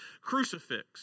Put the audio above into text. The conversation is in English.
crucifix